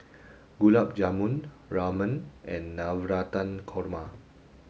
Gulab Jamun Ramen and Navratan Korma